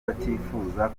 batifuza